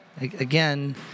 again